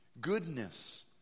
goodness